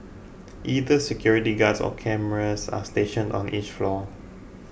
either security guards or cameras are stationed on each floor